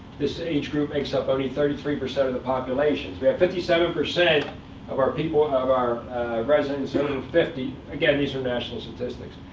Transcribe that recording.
this age group makes up only thirty three percent of the population. so we have fifty seven percent of our people and of our residents over fifty again, these are national statistics